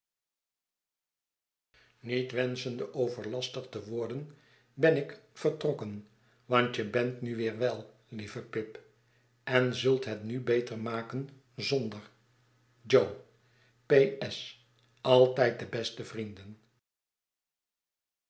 niet wenschende overlastig te worden ben ik vertrokken want je bent nu weer wel lieve pip en zult het nu beter maken zonder jo ps altijd de beste vrienden